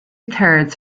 thirds